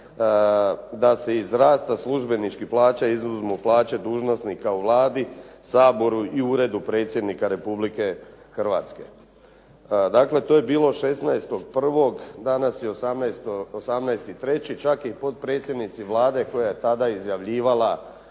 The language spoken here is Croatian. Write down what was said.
da se iz rasta službeničkih plaća izuzmu plaće dužnosnika u Vladi, Saboru i Uredu Predsjednika Republike Hrvatske. Dakle, to je bilo 16.1. Danas je 18.3. Čak je i potpredsjednici Vlade koja je tada izjavljivala